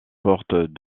portes